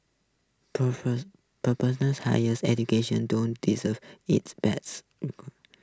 highers education don't deserve its bad